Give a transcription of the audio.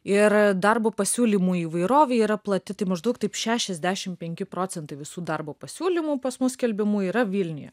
ir darbo pasiūlymų įvairovė yra plati tai maždaug taip šešiasdešim penki procentai visų darbo pasiūlymų pas mus skelbiamų yra vilniuje